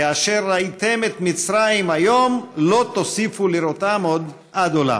"כי אשר ראיתם את מצרים היום לא תֹסִפו לראֹתם עוד עד עולם".